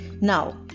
now